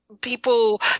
people